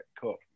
cool